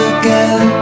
again